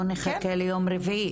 לא נחכה ליום רביעי,